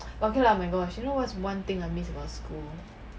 okay lah my gosh do you know what's one thing I miss about school